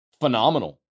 phenomenal